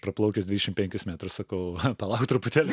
praplaukęs dvidešim penkis metrus sakau palauk truputėlį